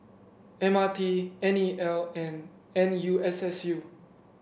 M R T N E L and N U S S U